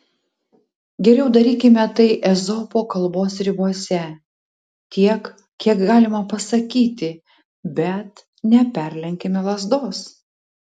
geriau darykime tai ezopo kalbos ribose tiek kiek galima pasakyti bet neperlenkime lazdos